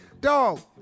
Dog